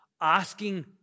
asking